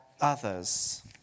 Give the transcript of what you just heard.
others